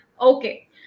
Okay